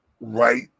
right